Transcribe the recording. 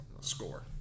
score